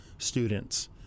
students